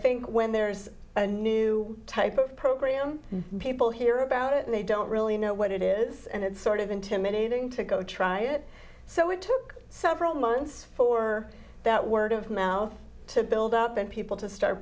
think when there is a new type of program people hear about it and they don't really know what it is and it's sort of intimidating to go try it so it took several months for that word of mouth to build up and people to start